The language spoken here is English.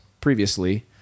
previously